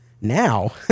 now